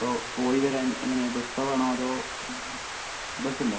അപ്പോൾ പോയി വരാൻ എങ്ങനെയാണ് ബസ്സിലാണോ അതോ ബസ്സ് ഉണ്ടോ